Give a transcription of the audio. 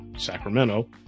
sacramento